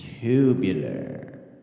Tubular